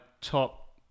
top